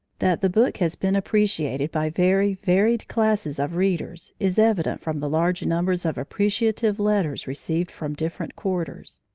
that the book has been appreciated by very varied classes of readers is evident from the large numbers of appreciative letters received from different quarters.